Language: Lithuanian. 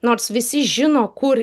nors visi žino kur